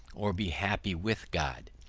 or be happy with god.